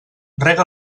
rega